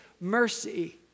mercy